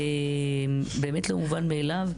באמת לא מובן מאליו,